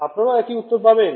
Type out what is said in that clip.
আপনারাও একই উত্তর পাবেন